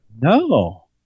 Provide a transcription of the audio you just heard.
No